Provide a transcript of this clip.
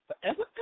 Forever